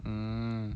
um